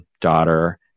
daughter